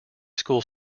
school